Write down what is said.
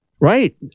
right